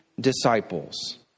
disciples